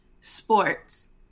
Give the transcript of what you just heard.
sports